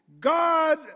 God